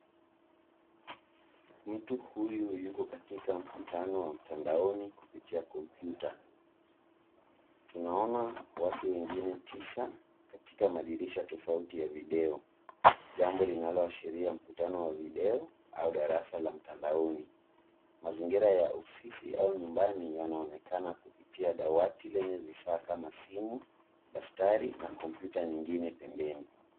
Mtu huyu yuko katika mkutano wa mtandaoni kupitia kompyuta. Tunaona watu wengine tisa katika madirisha tofauti ya video jambo linaloashiria mkutano wa video au darasa la mtandaoni. Mazingira ya ofisi au nyumbani yanaonekana kupitia dawati lenye vifaa kama simu, daftari na komputa nyingine pembeni.